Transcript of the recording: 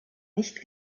nicht